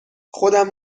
خودم